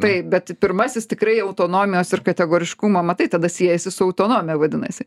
taip bet pirmasis tikrai autonomijos ir kategoriškumo matai tada siejasi su autonomija vadinasi